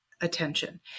attention